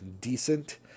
decent